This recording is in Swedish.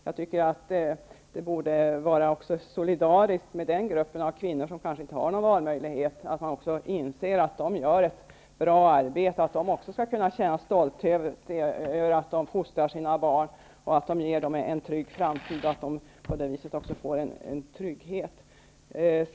Jag tycker att man borde vara solidarisk med den grupp kvinnor som kanske inte har någon valmöjlighet och inse att de gör ett bra arbete. De skall också kunna känna stolthet över att de fostrar sina barn och ger dem en trygg framtid. De borde också få en trygghet.